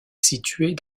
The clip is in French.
située